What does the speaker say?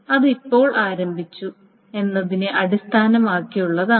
അത് എപ്പോൾ ആരംഭിച്ചു എന്നതിനെ അടിസ്ഥാനമാക്കിയുള്ളതാണ്